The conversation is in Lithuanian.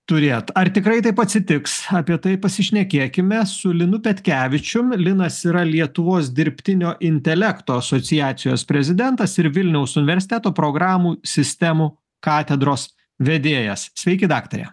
turėt ar tikrai taip atsitiks apie tai pasišnekėkime su linu petkevičium linas yra lietuvos dirbtinio intelekto asociacijos prezidentas ir vilniaus universiteto programų sistemų katedros vedėjas sveiki daktare